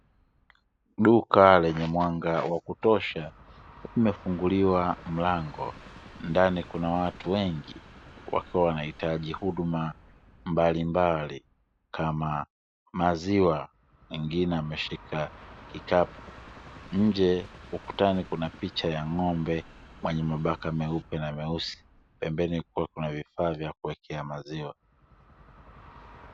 Duka lenye mwanga wa kutosha kumefunguliwa mlango, ndani kuna watu wengi wakiwa wanahitaji huduma mbalimbali, ukutani kuna picha ya ng'ombe mwenye mabaka meupe na meusi pembeni kuwa kuna vifaa vya kuwekea maziwa.